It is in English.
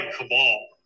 cabal